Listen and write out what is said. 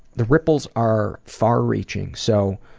the ripples are far-reaching, so